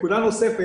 נקודה נוספת,